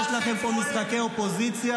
איתמר בן גביר לא עשה דקה צבא בחיים שלו.